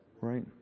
Right